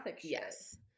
yes